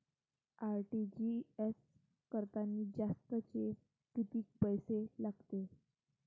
RTGS करतांनी जास्तचे कितीक पैसे लागते?